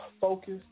focus